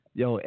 yo